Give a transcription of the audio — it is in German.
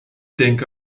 denke